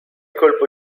colpo